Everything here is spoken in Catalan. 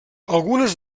algunes